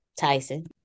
Tyson